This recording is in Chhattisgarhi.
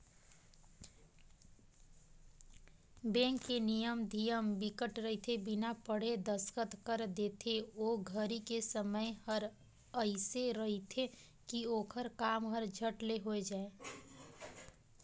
बेंक के नियम धियम बिकट रहिथे बिना पढ़े दस्खत कर देथे ओ घरी के समय हर एइसे रहथे की ओखर काम हर झट ले हो जाये